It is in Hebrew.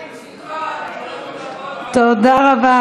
בשמחה,